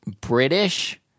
British